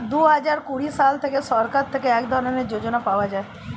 দুহাজার কুড়ি সাল থেকে সরকার থেকে এক ধরনের যোজনা পাওয়া যায়